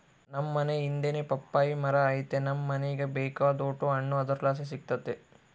ನಮ್ ಮನೇ ಹಿಂದೆನೇ ಪಪ್ಪಾಯಿ ಮರ ಐತೆ ನಮ್ ಮನೀಗ ಬೇಕಾದೋಟು ಹಣ್ಣು ಅದರ್ಲಾಸಿ ಸಿಕ್ತತೆ